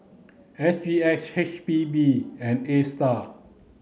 S G X H P B and ASTAR